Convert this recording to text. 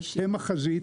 הם החזית,